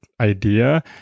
idea